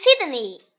Sydney